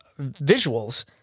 visuals